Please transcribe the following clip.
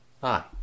Hi